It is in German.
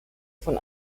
von